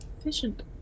Efficient